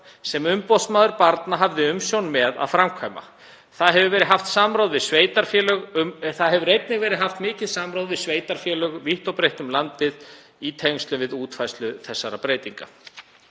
sem umboðsmaður barna hafði umsjón með að framkvæma. Einnig hefur verið haft mikið samráð við sveitarfélög vítt og breitt um landið í tengslum við útfærslu þessara breytinga.